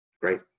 Great